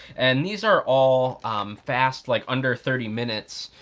and these are all fast, like, under thirty minutes,